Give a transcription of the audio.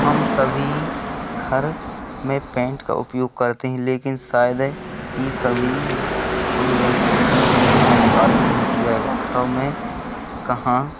हम सभी घर में पेंट का उपयोग करते हैं लेकिन शायद ही कभी हम यह सोचने के लिए समय निकालते हैं कि यह वास्तव में कहाँ